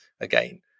again